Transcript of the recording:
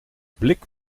blik